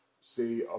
say